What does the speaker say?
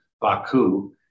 Baku